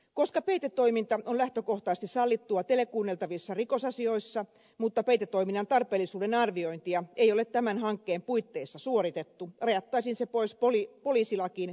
koska peitetoiminta on lähtökohtaisesti sallittua telekuunneltavissa rikosasioissa mutta peitetoiminnan tarpeellisuuden arviointia ei ole tämän hankkeen puitteissa suoritettu rajattaisiin se pois poliisilakiin tehtävällä muutoksella